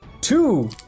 Two